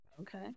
Okay